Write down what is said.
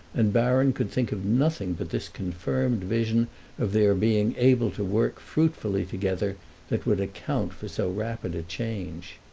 and baron could think of nothing but this confirmed vision of their being able to work fruitfully together that would account for so rapid a change.